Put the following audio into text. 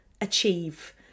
achieve